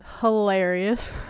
hilarious